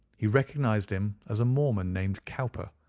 he recognized him as a mormon named cowper,